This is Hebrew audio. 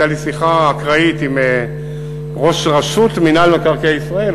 הייתה לי שיחה אקראית עם ראש רשות מקרקעי ישראל,